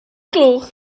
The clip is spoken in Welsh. gloch